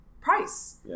price